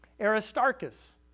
Aristarchus